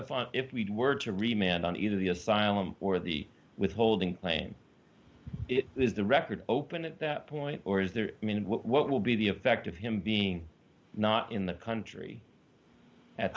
fine if we were to remain on either the asylum or the withholding claim it is the record open at that point or is there i mean what will be the effect of him being not in the country